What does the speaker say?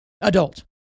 adult